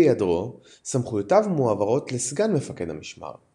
בהיעדרו, סמכויותיו מועברות לסגן מפקד המשמר.